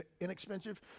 inexpensive